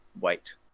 wait